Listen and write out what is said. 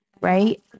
right